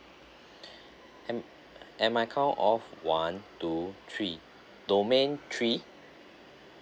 am am I count off one two three domain three